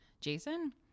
Jason